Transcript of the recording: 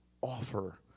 offer